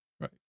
Right